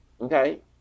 Okay